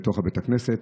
לתוך בית הכנסת.